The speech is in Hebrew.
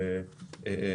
בהייטק.